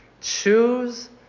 Choose